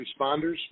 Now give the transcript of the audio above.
responders